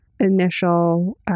initial